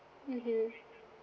mmhmm